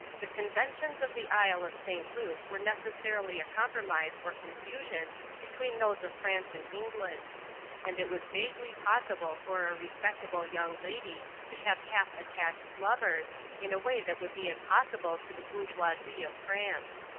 the conventions of the isle of st. loup were necessarily a compromise or confusion between those of france and england and it was vaguely possible for a respectable young lady to have half-attached lovers, in a way that would be impossible to the bourgeoisie of france.